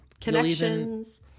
Connections